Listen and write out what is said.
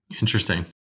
Interesting